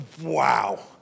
wow